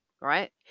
Right